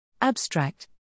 Abstract